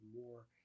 more